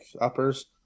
uppers